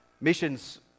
missions